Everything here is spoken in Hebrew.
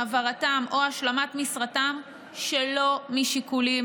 העברתם או השלמת משרתם שלא משיקולים